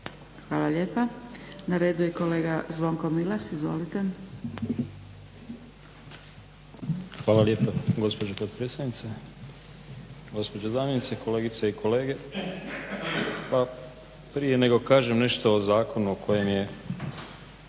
Hvala lijepa. Na redu je kolega Zvonko Milas, izvolite. **Milas, Zvonko (HDZ)** Hvala lijepa gospođo dopredsjednice, gospođo zamjenice, kolegice i kolege. Pa prije nego kažem nešto o zakonu o kojem je